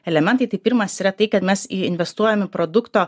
elementai tai pirmas yra tai kad mes į investuojam į produkto